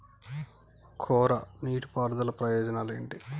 కోరా నీటి పారుదల ప్రయోజనాలు ఏమిటి?